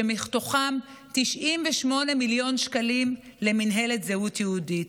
ומתוכם 98 מיליון שקלים למינהלת הזהות היהודית,